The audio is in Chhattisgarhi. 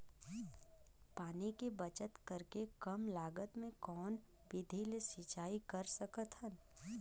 पानी के बचत करेके कम लागत मे कौन विधि ले सिंचाई कर सकत हन?